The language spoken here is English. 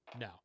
No